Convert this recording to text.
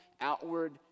outward